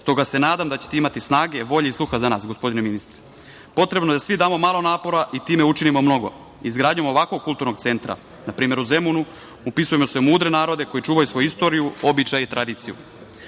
Stoga se nadam da ćete imati snage, volje i sluha za nas gospodine ministre. Potrebno je da svi damo malo napora i time učinimo mnogo. Izgradnjom ovakvog kulturnog centra, na primer u Zemunu, upisujemo se u mudre narode koji čuvaju svoju istoriju, običaje i tradiciju. Što